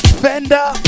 fender